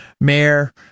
mayor